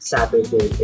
Saturday